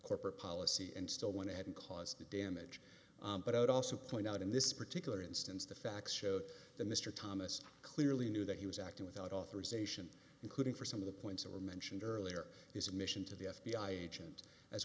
corporate policy and still went ahead and caused the damage but i would also point out in this particular instance the facts show that mr thomas clearly knew that he was acting without authorization including for some of the points that were mentioned earlier his mission to the f b i agent as